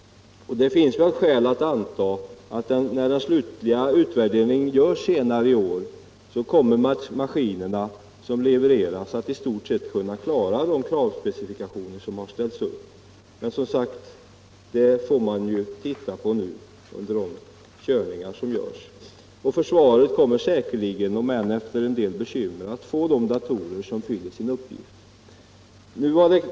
Det finns väl skäl att anta att de maskiner som levererats, när den slutliga utvärderingen görs i år, i stort sett kommer att klara de kravspecifikationer som har utarbetats. Försvaret kommer säkerligen, om än efter en del bekymmer, att få datorer som fyller sin uppgift.